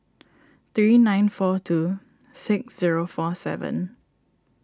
three nine four two six zero four seven